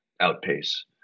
outpace